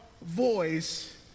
Voice